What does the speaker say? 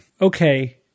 Okay